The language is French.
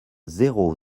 zéro